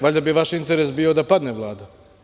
Valjda bi vaš interes bio da padne Vlada.